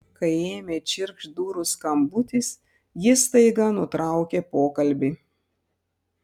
kai ėmė čirkšt durų skambutis ji staiga nutraukė pokalbį